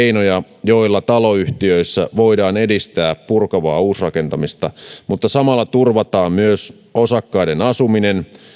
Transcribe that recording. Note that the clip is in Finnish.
keinoja joilla taloyhtiöissä voidaan edistää purkavaa uusrakentamista mutta samalla turvataan myös osakkaiden asuminen